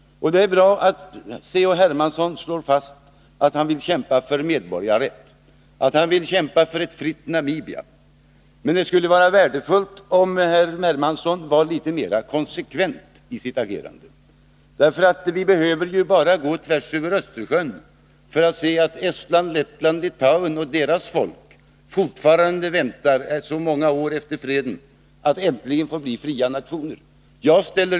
Det är bra att C.-H. Hermansson slår fast att han vill kämpa för medborgarrätt och att han vill kämpa för ett fritt Namibia, men det skulle vara värdefullt om herr Hermansson var litet mera konsekvent i sitt agerande. Vi behöver bara gå tvärs över Östersjön — Estland, Lettland och Litauen väntar fortfarande, så många år efter freden, på att äntligen få bli fria nationer.